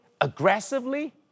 aggressively